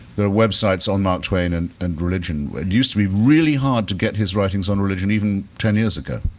there are websites on mark twain and and religion. it and used to be really hard to get his writings on religion even ten years ago.